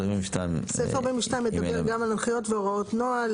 אז 42. סעיף 42 מדבר גם על הנחיות והוראות נוהל,